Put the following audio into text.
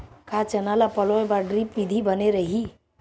का चना ल पलोय बर ड्रिप विधी बने रही?